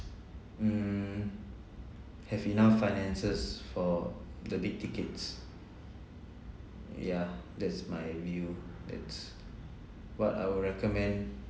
mm have enough finances for the big tickets yeah that's my view that's what I would recommend